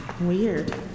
Weird